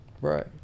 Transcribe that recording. Right